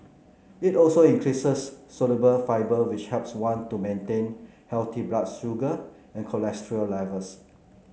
it also increases soluble fibre which helps one to maintain healthy blood sugar and cholesterol levels